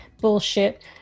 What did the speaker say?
bullshit